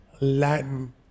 Latin